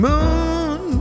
Moon